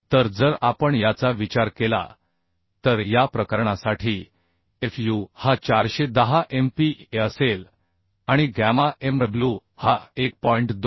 तर जर आपण याचा विचार केला तर या प्रकरणासाठी fu हा 410 MPa असेल आणि गॅमा mw हा 1